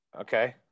Okay